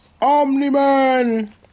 Omni-Man